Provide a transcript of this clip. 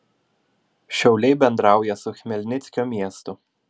šiauliai bendrauja su chmelnickio miestu